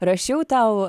rašiau tau